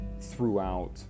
throughout